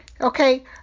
Okay